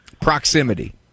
Proximity